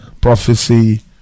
prophecy